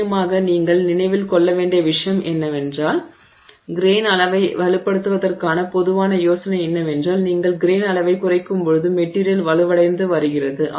முக்கியமாக நீங்கள் நினைவில் கொள்ள வேண்டிய விஷயம் என்னவென்றால் கிரெய்ன் அளவை வலுப்படுத்துவதற்கான பொதுவான யோசனை என்னவென்றால் நீங்கள் கிரெய்ன் அளவைக் குறைக்கும்போது மெட்டிரியல் வலுவடைந்து வருகிறது